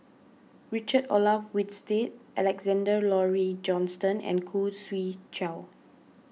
Richard Olaf Winstedt Alexander Laurie Johnston and Khoo Swee Chiow